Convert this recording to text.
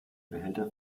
behälter